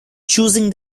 choosing